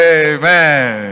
amen